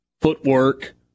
footwork